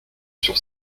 sur